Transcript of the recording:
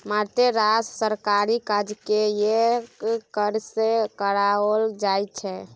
मारिते रास सरकारी काजकेँ यैह कर सँ कराओल जाइत छै